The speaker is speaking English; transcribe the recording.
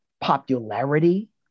popularity